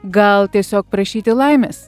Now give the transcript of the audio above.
gal tiesiog prašyti laimės